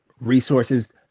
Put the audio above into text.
resources